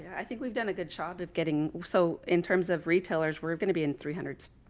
i think we've done a good shot of getting so in terms of retailers, we're going to be in three hundreds,